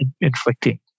inflicting